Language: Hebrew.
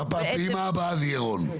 בפעימה הבאה זה יהיה רון.